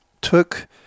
took